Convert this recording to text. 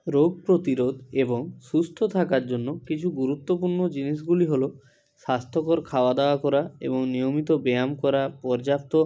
রোগ প্রতিরোধ এবং সুস্থ থাকার জন্য কিছু গুরুত্বপূর্ণ জিনিসগুলি হলো স্বাস্থ্যকর খাওয়া দাওয়া করা এবং নিয়মিত ব্যায়াম করা পর্যাপ্ত